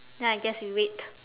then I guess we wait